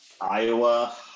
Iowa